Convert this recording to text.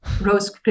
rose